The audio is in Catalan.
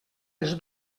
les